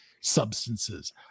substances